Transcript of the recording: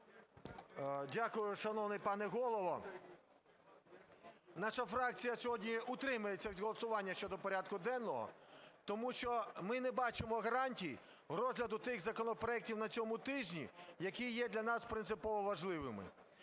Дякую, шановний пане Голово. Наша фракція сьогодні утримається від голосування щодо порядку денного. Тому що ми не бачимо гарантій розгляду тих законопроектів на цьому тижні, які є для нас принципово важливими.